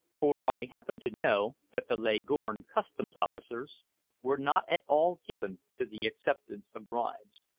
for i happened to know that the leghorn customs officers were not at all given to the acceptance of bribes.